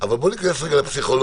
אבל בואו ניכנס רגע לפסיכולוגיה,